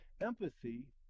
Empathy